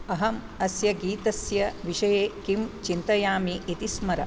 अहम् अस्य गीतस्य विषये किं चिन्तयामि इति स्मर